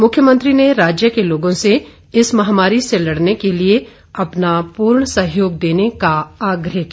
मुख्यमंत्री ने े राज्य के लोगों इस महामारी से लड़ने के लिए अपना पूर्ण सहयोग देने का आग्रह किया